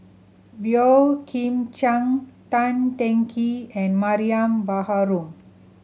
Boey Kim Cheng Tan Teng Kee and Mariam Baharom